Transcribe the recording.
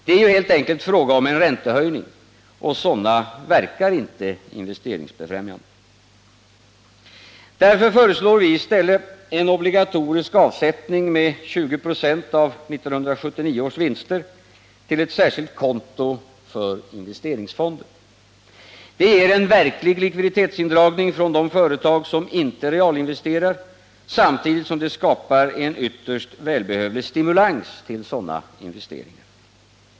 Det är ju helt enkelt fråga om en räntehöjning — och sådana verkar inte investeringsbefrämjande. Därför föreslår vi i stället en obligatorisk avsättning med 20 96 av 1979 års vinster till ett särskilt konto för investeringsfonder. Det ger en verklig likviditetsindragning från de företag som inte realinvesterar, samtidigt som det skapar en ytterst välbehövlig stimulans till sådana investeringar.